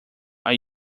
are